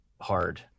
hard